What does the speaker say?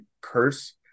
curse